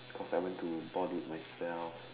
cause I went to bought it myself